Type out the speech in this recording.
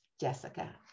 Jessica